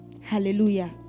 Hallelujah